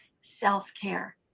self-care